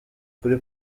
kuri